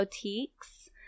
boutiques